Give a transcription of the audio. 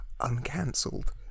uncancelled